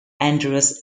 anders